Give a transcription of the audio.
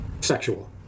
Sexual